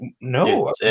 No